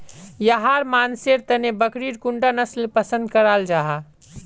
याहर मानसेर तने बकरीर कुंडा नसल पसंद कराल जाहा?